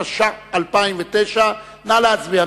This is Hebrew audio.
התש"ע 2009. נא להצביע.